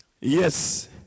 Yes